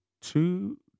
two